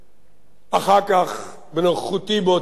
אחר כך בנוכחותי באותו ריאיון,